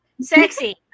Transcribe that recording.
Sexy